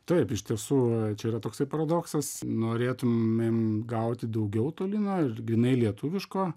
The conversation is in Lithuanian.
taip iš tiesų čia yra toksai paradoksas norėtumėm gauti daugiau to lino ir grynai lietuviško